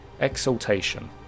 Exaltation